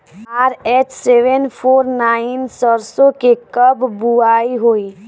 RH seven four nine सरसो के कब बुआई होई?